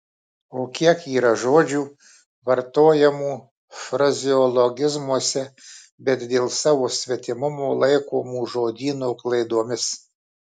o kiek yra žodžių vartojamų frazeologizmuose bet dėl savo svetimumo laikomų žodyno klaidomis